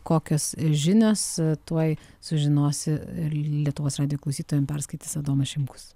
kokios žinios tuoj sužinosi ir lietuvos radijo klausytojam perskaitys adomas šimkus